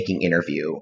interview